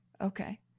Okay